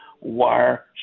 wire